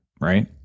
Right